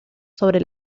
sobre